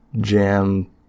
jam